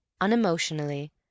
unemotionally